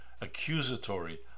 accusatory